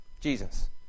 Jesus